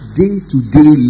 day-to-day